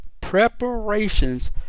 preparations